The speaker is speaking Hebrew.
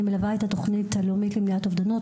אני מלווה את התוכנית הלאומית למניעת אובדנות